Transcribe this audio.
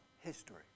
history